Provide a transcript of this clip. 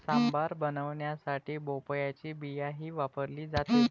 सांबार बनवण्यासाठी भोपळ्याची बियाही वापरली जाते